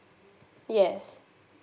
yes